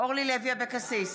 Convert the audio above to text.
אורלי לוי אבקסיס,